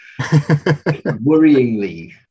Worryingly